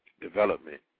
development